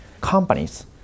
companies